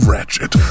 Ratchet